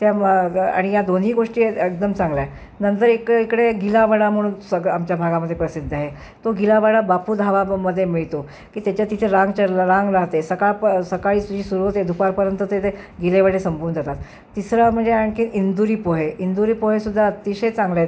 त्या मग ग आणि या दोन्ही गोष्टी आहेत एकदम चांगलं आहे नंतर एक इकडे गिला वडा म्हणून सगं आमच्या भागामधे प्रसिद्ध आहे तो गिला वडा बापू धाबामध्ये मिळतो की त्याच्या तिथे रांगच्या रांग राहते सकाळ प सकाळी जी सुरू होते दुपारपर्यंत तेथे गिले वडे संपून जातात तिसरं म्हणजे आणखी इंदुरी पोहे इंदूरी पोहेसुद्धा अतिशय चांगले आहेत